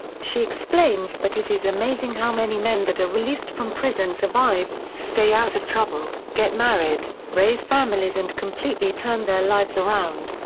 she explains that it is amazing how many men that are released from prison survive, stay out of trouble, get married, raise families and completely turn their lives around.